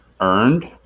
earned